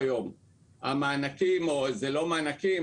המענקים זה לא מענקים,